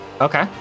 Okay